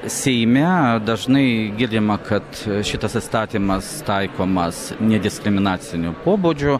seime dažnai girdima kad šitas įstatymas taikomas nediskriminacinio pobūdžio